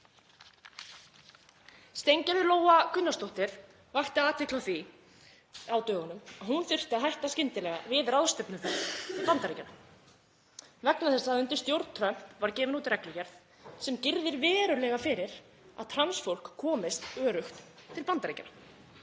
Steingerður Lóa Gunnarsdóttir vakti athygli á því á dögunum að hún þurfti að hætta skyndilega við ráðstefnuferð Bandaríkjanna vegna þess að undir stjórn Trumps var gefin út reglugerð sem girðir verulega fyrir að trans fólk komist öruggt til Bandaríkjanna.